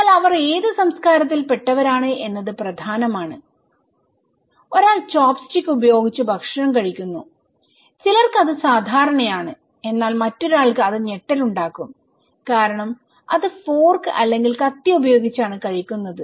എന്നാൽ അവർ ഏത് സംസ്ക്കാരത്തിൽ പെട്ടവരാണ് എന്നത് പ്രധാനമാണ് ഒരാൾ ചോപ്സ്റ്റിക്ക് ഉപയോഗിച്ച് ഭക്ഷണം കഴിക്കുന്നുചിലർക്ക് അത് സാദാരണയാണ് എന്നാൽ മറ്റൊരാൾക്ക് അത് ഞെട്ടൽ ഉണ്ടാക്കുംകാരണം അത് ഫോർക് അല്ലെങ്കിൽ കത്തി ഉപയോഗിച്ചാണ് കഴിക്കുന്നത്